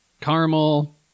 caramel